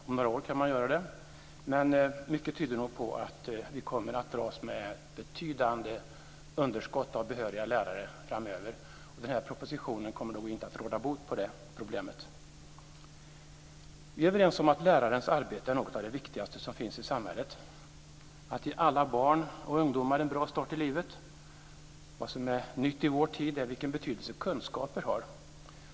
Om några år kan man göra det, men mycket tyder på att vi kommer att dras med betydande underskott av behöriga lärare framöver. Den här propositionen kommer nog inte att råda bot på det problemet. Vi är överens om att lärarens arbete är något av det viktigaste som finns i samhället, att ge alla barn och ungdomar en bra start i livet. Vad som är nytt i vår tid är vilken betydelse kunskaper har.